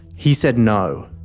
he said, no.